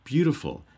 beautiful